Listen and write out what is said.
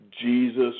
Jesus